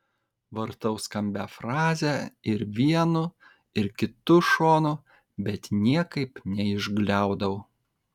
vartau skambią frazę ir vienu ir kitu šonu bet niekaip neišgliaudau